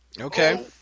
Okay